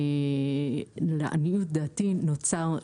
לעניות דעתי נוצר,